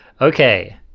Okay